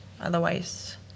otherwise